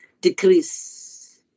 decrease